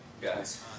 guys